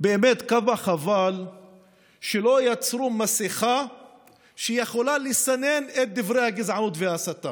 באמת כמה חבל שלא יצרו מסכה שיכולה לסנן את דברי הגזענות וההסתה